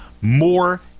More